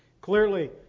Clearly